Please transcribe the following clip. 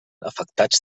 afectats